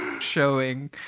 showing